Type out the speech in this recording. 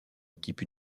équipe